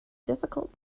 difficult